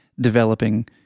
developing